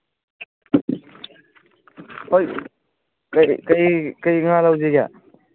ꯍꯣꯏ ꯀꯔꯤ ꯀꯔꯤ ꯉꯥ ꯂꯧꯁꯤꯒꯦ